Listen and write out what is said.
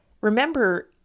Remember